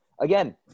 Again